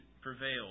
prevailed